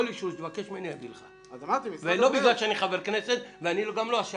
חבר כנסת.